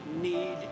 need